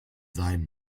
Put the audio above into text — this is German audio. sein